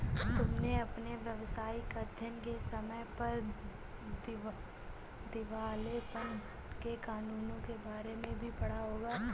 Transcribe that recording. तुमने अपने व्यावसायिक अध्ययन के समय पर दिवालेपन के कानूनों के बारे में भी पढ़ा होगा